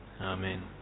Amen